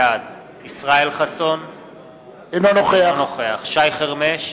בעד ישראל חסון, אינו נוכח שי חרמש,